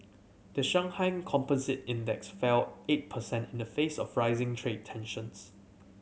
the Shanghai Composite Index fell eight percent in the face of rising trade tensions